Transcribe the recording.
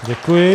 Děkuji.